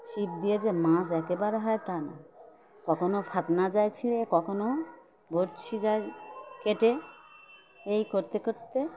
ছিপ দিয়ে যে মাছ একেবারে হয় তা না কখনও ফাতনা যায় ছিঁড়ে কখনও বড়শি যায় কেটে এই করতে করতে